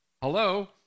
Hello